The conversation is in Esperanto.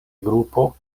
grupo